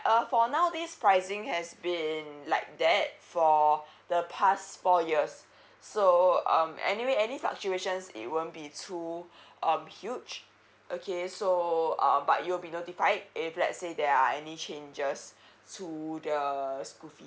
uh for now this pricing has been like that for the past four years so um anyway any fluctuations it won't be too um huge okay so uh but you'll be notified if let's say there are any changes to the school fees